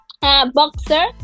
Boxer